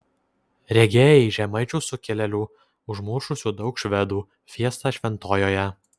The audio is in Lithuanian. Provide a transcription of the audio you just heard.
regėjai žemaičių sukilėlių užmušusių daug švedų fiestą šventojoje